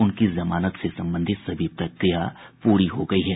उनकी जमानत से संबंधित सभी प्रक्रिया पूरी हो गयी है